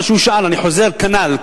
אני חוזר: כנ"ל,